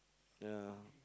ya